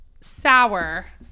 sour